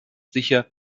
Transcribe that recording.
sicher